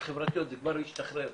החברתיות זה כבר השתחרר,